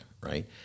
right